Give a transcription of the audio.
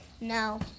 No